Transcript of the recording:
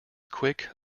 quick